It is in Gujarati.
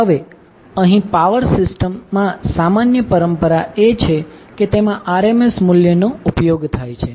હવે અહીં પાવર સિસ્ટમમા સામાન્ય પરંપરા એ છે કે તેમાં RMS મૂલ્ય નો ઉપયોગ થાય છે